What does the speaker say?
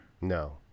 No